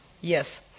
yes